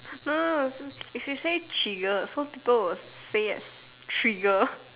no no no you should say chiggers so people will say as trigger